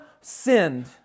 sinned